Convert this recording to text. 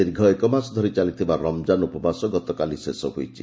ଦୀର୍ଘ ଏକ ମାସ ଧରି ଚାଲିଥିବା ରମ୍ଜାନ ଉପବାସ ଗତକାଲି ଶେଷ ହୋଇଛି